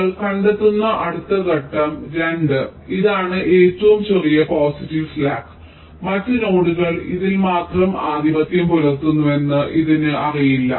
നിങ്ങൾ കണ്ടെത്തുന്ന അടുത്ത ഘട്ടം 2 ഇതാണ് ഏറ്റവും ചെറിയ പോസിറ്റീവ് സ്ലാക്ക് മറ്റ് നോഡുകൾ ഇതിൽ മാത്രം ആധിപത്യം പുലർത്തുന്നുവെന്ന് ഇതിന് അറിയില്ല